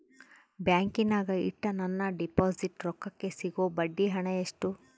ಬ್ಯಾಂಕಿನಾಗ ಇಟ್ಟ ನನ್ನ ಡಿಪಾಸಿಟ್ ರೊಕ್ಕಕ್ಕೆ ಸಿಗೋ ಬಡ್ಡಿ ಹಣ ಎಷ್ಟು?